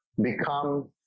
become